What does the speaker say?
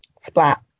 splat